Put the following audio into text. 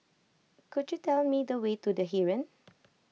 could you tell me the way to the Heeren